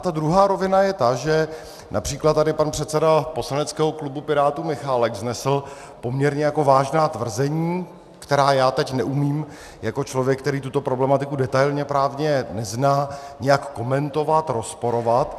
Ta druhá rovina je ta, že např. tady pan předseda poslaneckého klubu Pirátů Michálek vznesl poměrně vážná tvrzení, která já teď neumím jako člověk, který tuto problematiku detailně právně nezná, nějak komentovat, rozporovat.